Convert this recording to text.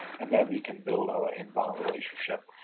and then we can build our inbound relationship.